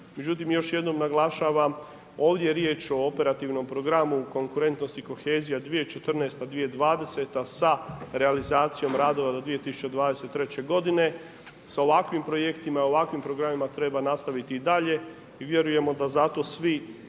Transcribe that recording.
Međutim, još jednom naglašavam, ovdje je riječ o operativnom programu konkurentnosti i kohezija, 2014., 2020. sa realizacijom radova do 2023. godine. Sa ovakvim projektima i ovakvim programima treba nastaviti i dalje i vjerujemo da zato svi